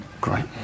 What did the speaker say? Great